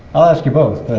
i'll ask you both.